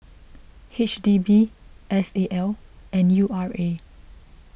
H D B S A L and U R A